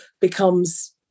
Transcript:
becomes